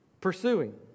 pursuing